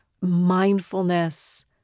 mindfulness